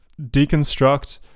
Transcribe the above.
Deconstruct